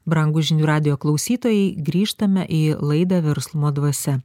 brangūs žinių radijo klausytojai grįžtame į laidą verslumo dvasia